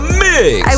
mix